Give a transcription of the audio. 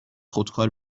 خودکار